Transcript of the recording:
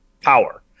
power